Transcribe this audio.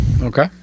Okay